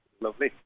lovely